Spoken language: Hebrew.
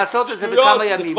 לעשות את זה בכמה ימים,